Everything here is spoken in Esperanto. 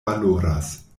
valoras